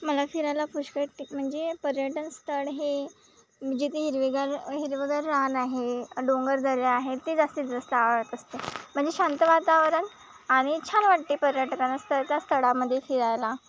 मला फिरायला पुष्कळ म्हणजे पर्यटनस्थळ हे जिथे हिरवेगार हिरवंगार रान आहे डोंगरदऱ्या आहेत ते जास्तीत जास्त आवडत असते म्हणजे शांत वातावरण आणि छान वाटते पर्यटकांना स्थळ त्या स्थळामध्ये फिरायला